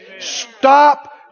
Stop